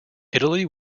italy